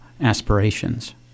aspirations